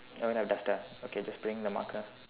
you don't have duster okay just bring the marker